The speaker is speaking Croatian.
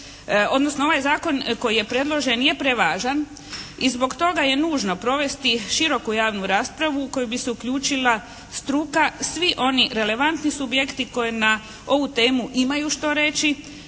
odnosno ovaj zakon koji je predložen nije prevažan i zbog toga je nužno provesti široku javnu raspravu u koju bi se uključila struka, svi oni relevantni subjekti koji na ovu temu imaju što reći.